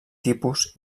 tipus